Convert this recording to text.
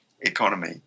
economy